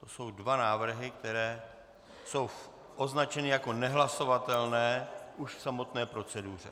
To jsou dva návrhy, které jsou označeny jako nehlasovatelné už v samotné proceduře.